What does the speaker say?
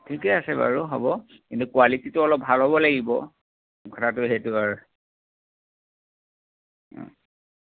ঠিকে আছে বাৰু হ'ব কিন্তু কোৱালিটিটো অলপ ভাল হ'ব লাগিব কথাটো সেইটো আৰু অঁ